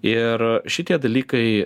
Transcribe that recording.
ir šitie dalykai